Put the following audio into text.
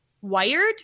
wired